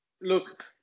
look